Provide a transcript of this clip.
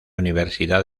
universidad